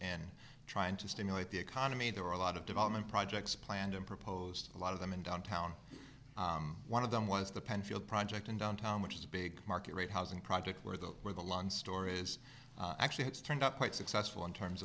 in trying to stimulate the economy there were a lot of development projects planned and proposed a lot of them in downtown one of them was the penfield project in downtown which is a big market rate housing project where the where the lawn store is actually it's turned up quite successful in terms